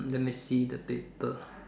let me see the paper